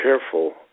careful